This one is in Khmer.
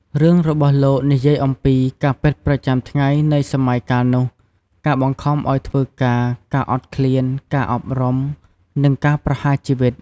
រឿងរបស់លោកនិយាយអំពី ការពិតប្រចាំថ្ងៃនៃសម័យកាលនោះ ការបង្ខំឲ្យធ្វើការ ការអត់ឃ្លាន ការអប់រំ និងការប្រហារជីវិត។